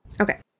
Okay